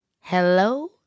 Hello